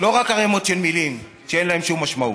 לא רק ערימות של מילים שאין להן שום משמעות.